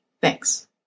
Thanks